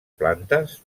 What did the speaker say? plantes